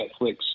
Netflix